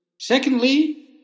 Secondly